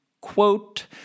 Quote